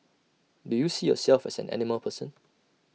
do you see yourself as an animal person